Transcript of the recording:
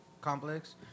complex